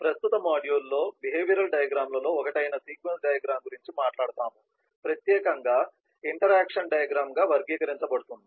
ప్రస్తుత మాడ్యూల్లో behavioural diagram లలో ఒకటి అయిన సీక్వెన్స్ డయాగ్రమ్ గురించి మాట్లాడుతాము ప్రత్యేకంగా ఇంటరాక్షన్ డయాగ్రమ్ గా వర్గీకరించబడుతుంది